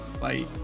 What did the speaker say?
Bye